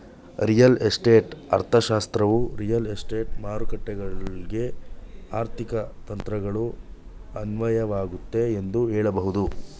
real estate ಅರ್ಥಶಾಸ್ತ್ರವು real estate ಮಾರುಕಟ್ಟೆಗಳ್ಗೆ ಆರ್ಥಿಕ ತಂತ್ರಗಳು ಅನ್ವಯವಾಗುತ್ತೆ ಎಂದು ಹೇಳಬಹುದು